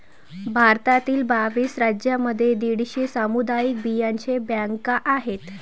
भारतातील बावीस राज्यांमध्ये दीडशे सामुदायिक बियांचे बँका आहेत